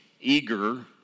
eager